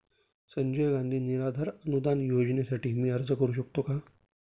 संजय गांधी निराधार अनुदान योजनेसाठी मी अर्ज करू शकते का?